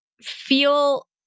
feel